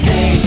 Hey